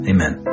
Amen